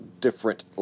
different